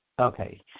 Okay